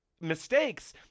mistakes